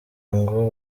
ngo